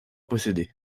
posséder